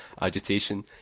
agitation